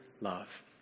love